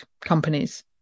companies